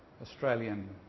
Australian